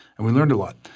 and we learned a lot.